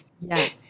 Yes